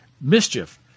mischief